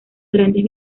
grandes